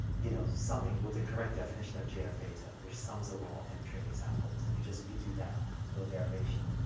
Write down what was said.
you know, summing with the correct definition of j of theta which sums over all m training examples. if you just redo that little derivation,